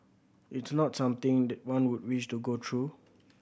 it's not something that one would wish to go through